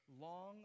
long